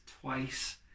twice